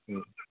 ꯎꯝ